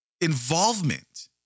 involvement